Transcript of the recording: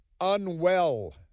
unwell